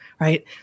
Right